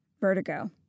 Vertigo